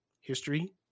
history